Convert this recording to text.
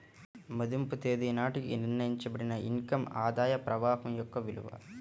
మదింపు తేదీ నాటికి నిర్ణయించబడిన ఇన్ కమ్ ఆదాయ ప్రవాహం యొక్క విలువ